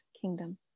kingdom